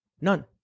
None